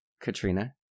Katrina